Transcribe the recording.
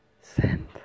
send